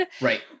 Right